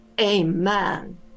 Amen